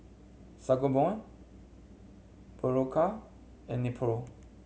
Sangobion Berocca and Nepro